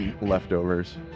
leftovers